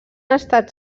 estat